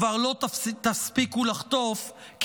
כבר לא תספיקו לחטוף,